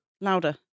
Louder